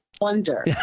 wonder